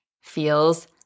feels